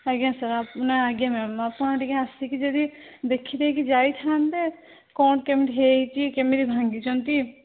ଆଜ୍ଞା ସାର୍ ନା ଆଜ୍ଞା ମ୍ୟାମ୍ ଆପଣ ଟିକିଏ ଆସିକି ଯଦି ଦେଖି ଦେଇକି ଯାଇଥାନ୍ତେ କ'ଣ କେମିତି ହେଇଛି କେମିତି ଭାଙ୍ଗିଛନ୍ତି